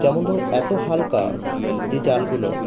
যেমন ধরুন এত হালকা যে জালগুলো